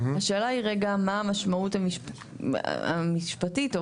השאלה היא רגע מה המשמעות המשפטית או